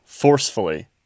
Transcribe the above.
forcefully